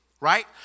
right